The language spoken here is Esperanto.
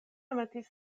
metis